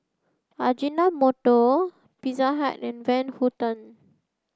Ajinomoto Pizza Hut and Van Houten